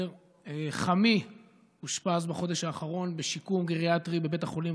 חמי אושפז בחודש האחרון בשיקום גריאטרי בבית החולים